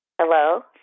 hello